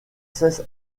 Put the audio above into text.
cesse